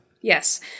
Yes